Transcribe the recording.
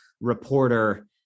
reporter